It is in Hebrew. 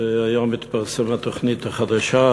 היום מתפרסמת התוכנית החדשה,